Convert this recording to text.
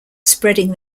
spreading